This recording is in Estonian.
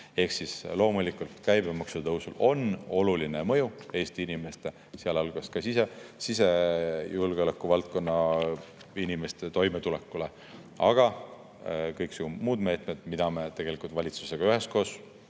Ehk siis loomulikult, käibemaksu tõusul on oluline mõju Eesti inimeste, sealhulgas ka sisejulgeoleku valdkonna inimeste toimetulekule. Aga kõiksugu muud meetmed, mida me valitsusega üheskoos